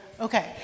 Okay